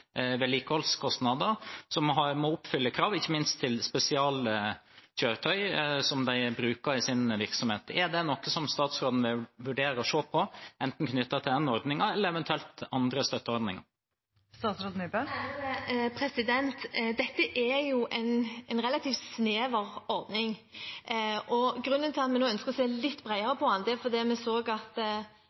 vedlikeholdskostnader og som må oppfylle krav, ikke minst til spesialkjøretøy som de bruker i sin virksomhet. Er det noe statsråden vurderer å se på, knyttet til enten den ordningen eller eventuelle andre støtteordninger? Dette er en relativt snever ordning. Grunnen til at vi ønsker å se litt bredere på den, er fordi vi så at